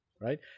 Right